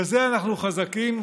בזה אנחנו חזקים,